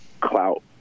clout